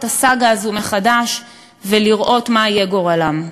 הסאגה הזאת מחדש ולראות מה יהיה גורלם.